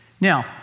Now